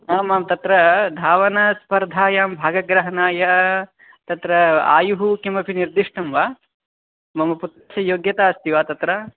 आमाम् तत्र धावनस्पर्धायां भागग्रहणाय तत्र आयुः किमपि निर्दिष्टं वा मम पुत्रस्य योग्यता अस्ति वा तत्र